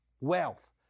wealth